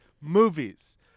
movies